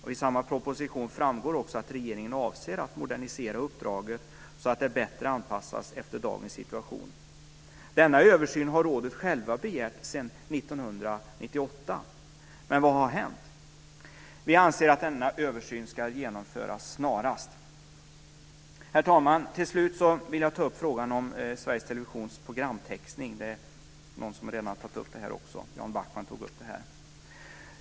I samma proposition framgår också att regeringen avser att modernisera uppdraget så att det blir bättre anpassat efter dagens situation. Denna översyn begärde rådet självt redan 1998. Men vad har hänt? Vi anser att denna översyn ska genomföras snarast. Herr talman! Slutligen vill jag ta upp frågan om Sveriges Televisions programtextning. Jan Backman har redan tagit upp den frågan.